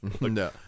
No